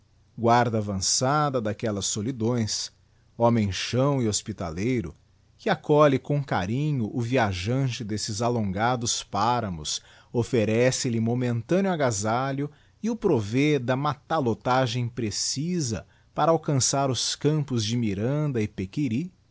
guarda avançada d'aquellas solidões homem chão e hospitaleiro que acolhe com carinho o viajante desses alongados paramos offerece lhe momentâneo agazalho e o provê da matalotagem precisa para alcançar os campos de miranda e pequiry